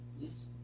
Yes